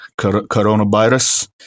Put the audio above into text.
coronavirus